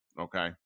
Okay